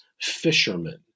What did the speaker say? fishermen